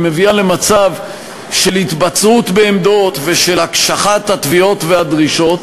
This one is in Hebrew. היא מביאה למצב של התבצרות בעמדות ושל הקשחת התביעות והדרישות.